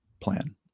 plan